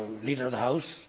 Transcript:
leader of the house,